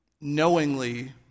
knowingly